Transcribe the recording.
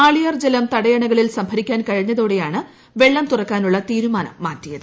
ആളിയാർ തടയണകളിൽ സംഭരിക്കാൻ ജലം കഴിഞ്ഞതോടെയാണ് വെള്ളം തുറക്കാനുള്ള തീരുമാനം മാറ്റിയത്